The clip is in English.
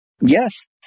Yes